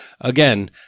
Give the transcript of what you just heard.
Again